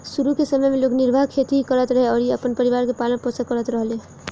शुरू के समय में लोग निर्वाह खेती ही करत रहे अउरी अपना परिवार के पालन पोषण करत रहले